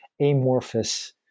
amorphous